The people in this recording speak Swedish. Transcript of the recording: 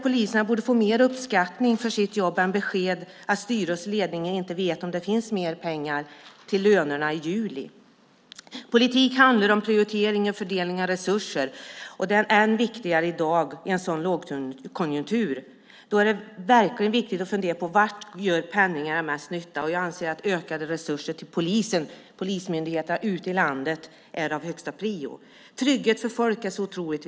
Poliserna borde få mer uppskattning för sitt jobb i stället för besked att styrelse och ledning inte vet om det finns mer pengar till lönerna i juli. Politik handlar om prioriteringar och fördelning av resurser. Det är ännu viktigare i en lågkonjunktur då det är verkligt viktigt att fundera på var pengarna gör mest nytta. Jag anser att ökade resurser till polismyndigheterna ute i landet är högsta prioritet. Trygghet för folk är viktigt.